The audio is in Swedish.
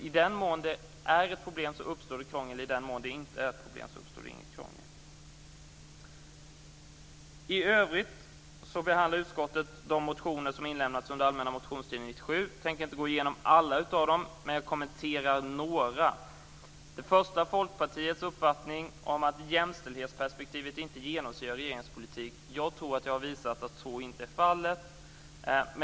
I den mån detta är ett problem uppstår det krångel, och i den mån det inte är något problem uppstår inget krångel. I övrigt behandlar utskottet de motioner som inlämnats under den allmänna motionstiden 1997. Jag tänker inte gå igenom alla, men jag kommenterar några. Folkpartiet har uppfattningen att jämställdhetsperspektivet inte genomsyrar regeringens politik. Jag tror att jag har visat att så inte är fallet.